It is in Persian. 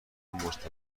مربوط